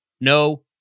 no